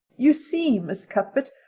you see, miss cuthbert.